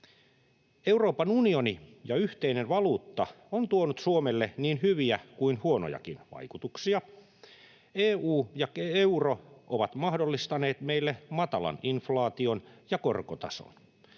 Euroopan unioni ja yhteinen valuutta on tuonut Suomelle niin hyviä kuin huonojakin vaikutuksia. EU ja euro ovat mahdollistaneet meille matalan inflaation ja korkotason.